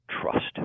trust